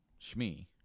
Shmi